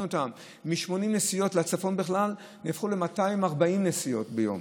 אותם: מ-80 נסיעות לצפון ל-240 נסיעות ביום,